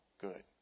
good